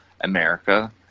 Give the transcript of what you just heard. America